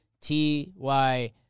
ty